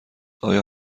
آیا